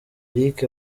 eric